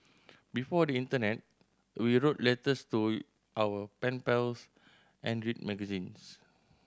before the internet we wrote letters to our pen pals and read magazines